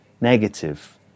negative